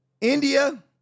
India